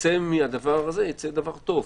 שמהדבר הזה ייצא דבר טוב.